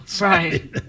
Right